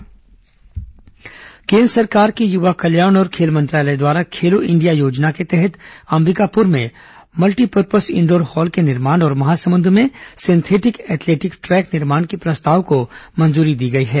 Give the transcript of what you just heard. खेल अधोसंरचना केन्द्र सरकार के युवा कल्याण और खेल मंत्रालय द्वारा खेलो इंडिया योजना के तहत अम्बिकापुर में मल्टीपरपज इंडोर हॉल के निर्माण और महासमुन्द में सिंथेटिक एथलेटिक ट्रैक निर्माण के प्रस्ताव को मंजूरी दी गई है